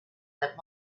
that